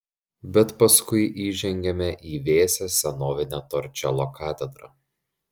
bet paskui įžengiame į vėsią senovinę torčelo katedrą